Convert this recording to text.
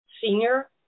senior